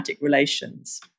relations